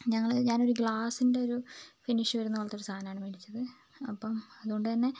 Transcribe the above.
ഞങ്ങൾ ഞാനൊരു ഗ്ലാസിൻ്റെ ഒരു ഫിനിഷ് വരുന്നത് പോലത്തെ ഒരു സാധനമാണ് മേടിച്ചത് അപ്പം അതുകൊണ്ട് തന്നെ